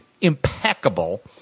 impeccable